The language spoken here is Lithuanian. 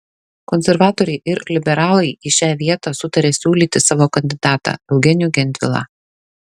konservatoriai ir liberalai į šią vietą sutarė siūlyti savo kandidatą eugenijų gentvilą